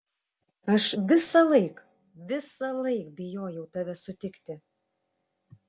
aš visąlaik visąlaik bijojau tave sutikti